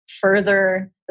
further